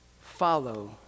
follow